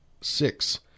Six